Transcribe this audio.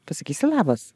pasakysi labas